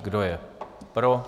Kdo je pro?